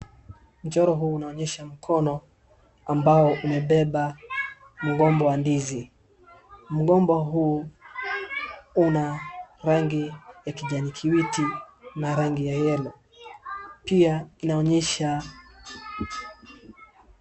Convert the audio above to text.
Mchoro huu unaonyesha mkono ambao umebeba mgomba wa ndizi. Mgomba huu una rangi ya kijani kibichi na rangi ya yellow . Pia inaonyesha...